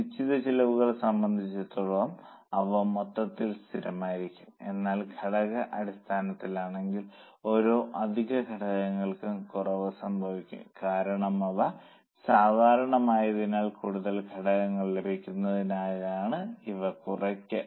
നിശ്ചിത ചെലവുകളെ സംബന്ധിച്ചിടത്തോളം അവ മൊത്തത്തിൽ സ്ഥിരമായിരിക്കും എന്നാൽ ഘടക അടിസ്ഥാനത്തിലാണെങ്കിൽ ഓരോ അധിക ഘടകങ്ങൾക്കും കുറവ് സംഭവിക്കും കാരണം അവ സാധാരണമായതിനാൽ കൂടുതൽ ഘടകങ്ങൾ ലഭിക്കുന്നതിനായാണ് ഈ കുറയ്ക്കൽ